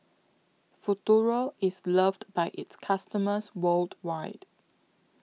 Futuro IS loved By its customers worldwide